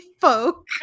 folk